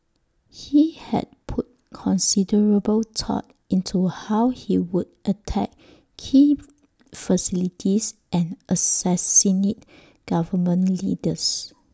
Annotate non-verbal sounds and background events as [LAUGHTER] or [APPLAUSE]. he had put considerable thought into how he would attack key [HESITATION] facilities and assassinate government leaders